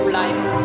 life